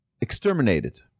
exterminated